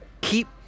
keep